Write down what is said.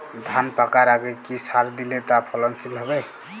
ধান পাকার আগে কি সার দিলে তা ফলনশীল হবে?